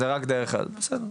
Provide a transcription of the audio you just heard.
--- בסדר,